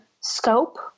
scope